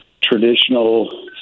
traditional